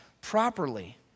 properly